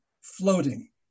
floating